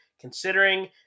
considering